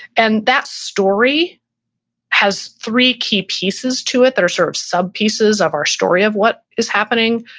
and that story has three key pieces to it that are sort of sub pieces of our story of what is happening.